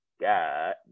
God